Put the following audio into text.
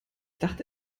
dachte